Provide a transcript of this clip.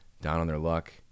down-on-their-luck